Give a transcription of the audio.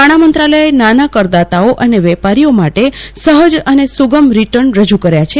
નાણાં મંત્રાલયે નાના કરદાતાઓ અને વેપારીઓ માટે સહજ અને સુગમ રીટર્ન રજૂ કર્યા છે